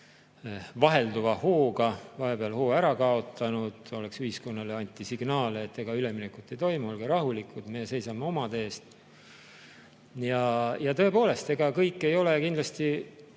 vahelduva hooga, vahepeal hoo ära kaotanud. Ühiskonnale anti signaale, et ega üleminekut ei toimu, olge rahulikud, meie seisame omade eest. Ja tõepoolest, ega kõik ei ole kindlasti